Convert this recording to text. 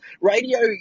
radio